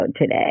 today